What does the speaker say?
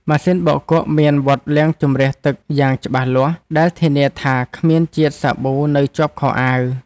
ម៉ាស៊ីនបោកគក់មានវដ្តលាងជម្រះទឹកយ៉ាងច្បាស់លាស់ដែលធានាថាគ្មានជាតិសាប៊ូនៅជាប់ខោអាវ។